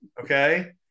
okay